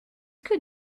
que